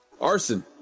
arson